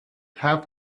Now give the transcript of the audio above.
have